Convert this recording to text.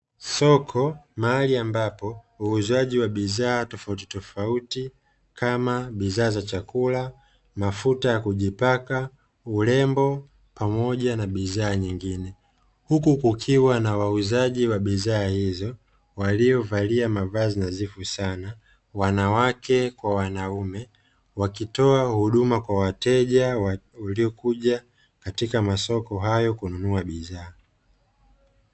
Soko mahali ambapo uuzaji wa bidhaa tofautitofauti; kama bidhaa za chakula, mafuta ya kujipaka, urembo, pamoja na bidhaa nyingine, huku kukiwa na wauzaji wa bidhaa hizo waliovalia mavazi nadhifu sana wanawake kwa wanaume wakitoa huduma kwa wateja waliokuja katika masoko hayo kununua bidhaa.